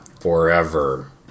Forever